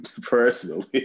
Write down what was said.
personally